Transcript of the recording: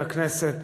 לכנסת,